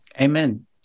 amen